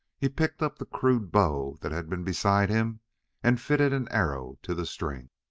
he picked up the crude bow that had been beside him and fitted an arrow to the string.